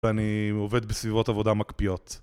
אני עובד בסביבות עבודה מקפיאות